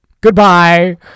Goodbye